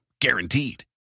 guaranteed